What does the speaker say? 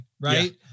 right